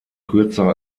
kürzer